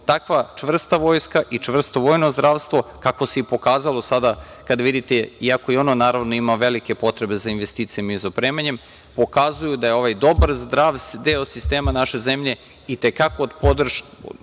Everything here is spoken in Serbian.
takva čvrsta vojska i čvrsto vojno zdravstvo kakvo se i pokazalo sada kada vidite, iako i ono naravno ima velike potrebe za investicijama i za opremanjem, pokazuju da je ovaj dobar, zdrav deo sistema naše zemlje i te kako ume da